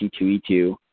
C2E2